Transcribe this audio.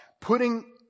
putting